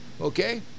Okay